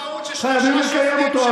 חייבים לקיים אותו,